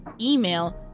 email